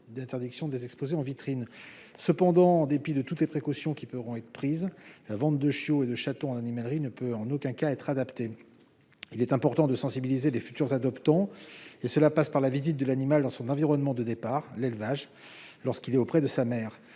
l'interdiction des expositions en vitrine. Néanmoins, en dépit de toutes les précautions qui pourront être prises, la vente de chiots et de chatons en animalerie ne saurait en aucun cas être adaptée. Il est important de sensibiliser les futurs adoptants à cette question, ce qui passe par la visite de l'animal dans son environnement de départ, l'élevage, lorsqu'il est encore auprès de sa mère.